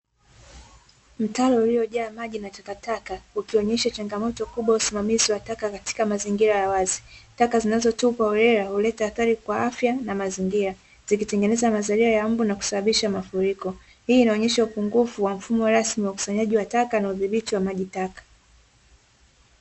Mtaro uliojaa maji na takataka ukionyesha changamoto kubwa ya usimamizi wa taka katika mazingira ya wazi, taka zinazotupwa holela huleta athari kwa afya na mazingira, zikichangia mazalia ya mbu na kusababisha mafuriko, hii inaonyesha upungufu wa mfumo rasmi wa ukusanywaji wa taka na udhibiti wa maji taka.